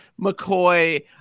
mccoy